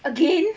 again